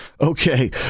Okay